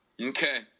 Okay